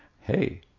hey